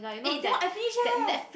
eh that one I finish eh